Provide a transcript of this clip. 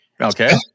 Okay